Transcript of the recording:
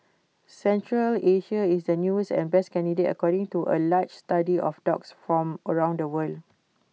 Central Asia is the newest and best candidate according to A large study of dogs from around the world